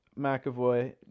McAvoy